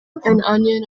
onion